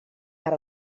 per